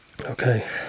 okay